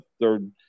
third